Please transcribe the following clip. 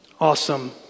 Awesome